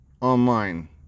online